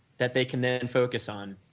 that they can then and focus on.